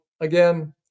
Again